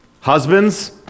Husbands